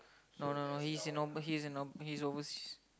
no no no no he's in over~ he's in over~ he's overseas